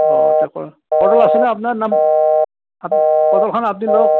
অ তাক' কোদল আছে না আপোনাৰ না আপ কোদলখন আপুনি লওক